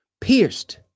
pierced